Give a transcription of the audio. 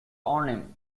arnhem